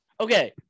Okay